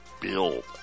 build